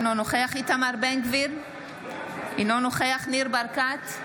אינו נוכח איתמר בן גביר, אינו נוכח ניר ברקת,